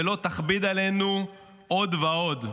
ולא תכביד עלינו עוד ועוד,